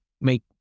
make